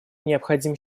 необходим